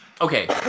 Okay